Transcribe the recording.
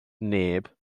neb